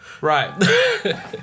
Right